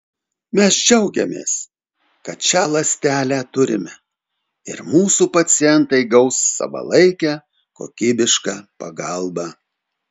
mes džiaugiamės kad šią ląstelę turime ir mūsų pacientai gaus savalaikę kokybišką pagalbą